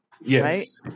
Yes